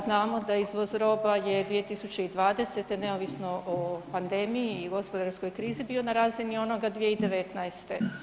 Znamo da izvoz roba je 2020. neovisno o pandemiji i gospodarskoj krizi bio na razini onoga 2019.